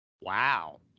Wow